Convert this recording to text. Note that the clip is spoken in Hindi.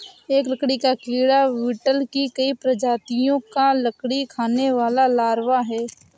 एक लकड़ी का कीड़ा बीटल की कई प्रजातियों का लकड़ी खाने वाला लार्वा है